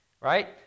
Right